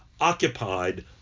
occupied